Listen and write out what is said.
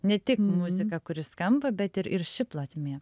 ne tik muzika kuri skamba bet ir ir ši plotmė